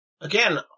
again